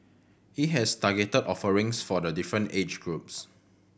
he has targeted offerings for the different age groups